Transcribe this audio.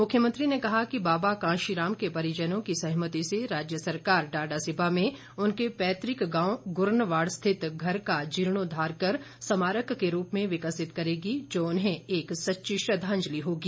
मुख्यमंत्री ने कहा कि बाबा कांशीराम के परिजनों की सहमति से राज्य सरकार डाडासीबा में उनके पैतृक गांव गुरनवाड़ स्थित घर का जीर्णोद्वार कर स्मारक के रूप में विकसित करेगी जो उन्हें एक सच्ची श्रद्वांजलि होगी